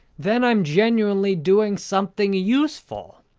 then i'm genuinely doing something useful.